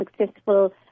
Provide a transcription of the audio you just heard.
successful